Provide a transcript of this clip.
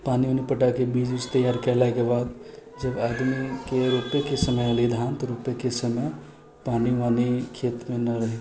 पानि वानि पटाके बीज उज तैयार कयलाके बाद जब आदमीके रोपयके समय एलै धान तऽ रोपयके समय पानि वानि खेतमे न रहै